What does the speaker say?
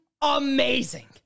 amazing